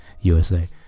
USA